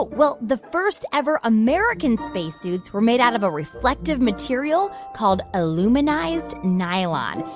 well, the first ever american spacesuits were made out of a reflective material called aluminized nylon.